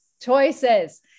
choices